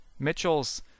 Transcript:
Mitchell's